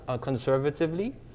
conservatively